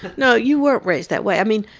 no, you weren't raised that way. i mean,